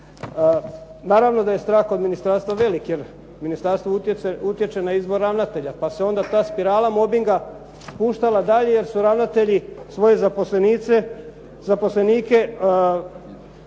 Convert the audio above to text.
Naravno da je strah od ministarstva veliki jer ministarstvo utječe na izbor ravnatelja pa se onda ta spirala mobinga spuštala dalje jer su ravnatelji svoje zaposlenike